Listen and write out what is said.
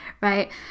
right